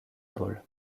ball